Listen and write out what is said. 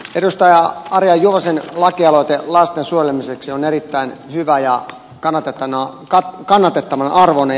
edustaja arja juvosen lakialoite lasten suojelemiseksi on erittäin hyvä ja kannattamisen arvoinen